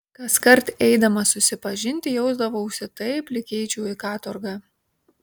kaskart eidamas susipažinti jausdavausi taip lyg eičiau į katorgą